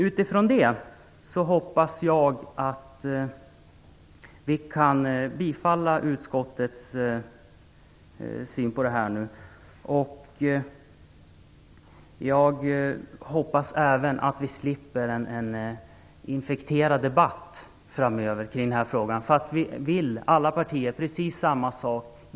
Utifrån det hoppas jag att vi kan ställa oss bakom utskottets syn på detta. Jag hoppas även att vi slipper en infekterad debatt framöver i denna fråga. Alla partier vill precis samma sak.